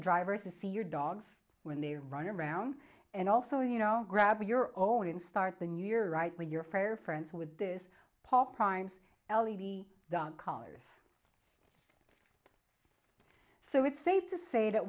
drivers to see your dogs when they run around and also you know grab your own and start the new year right when you're for friends with this paul prime's l e d colors so it's safe to say that